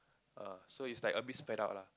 err so is like a bit spread out lah